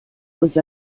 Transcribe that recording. was